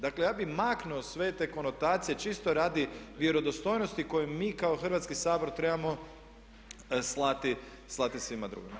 Dakle, ja bi maknuo sve te konotacije čisto radi vjerodostojnosti koju mi kao Hrvatski sabor trebamo slati svima drugima.